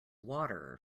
water